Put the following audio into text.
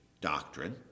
doctrine